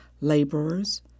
laborers